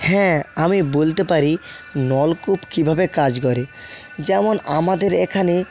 হ্যাঁ আমি বলতে পারি নলকূপ কীভাবে কাজ করে যেমন আমাদের এখানে